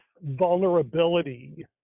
vulnerability